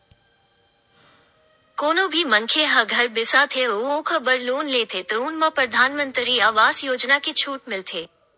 कोनो भी मनखे ह घर बिसाथे अउ ओखर बर लोन लेथे तउन म परधानमंतरी आवास योजना के छूट मिलथे